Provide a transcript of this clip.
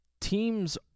teams